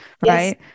right